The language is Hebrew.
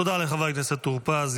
תודה לחבר הכנסת טור פז.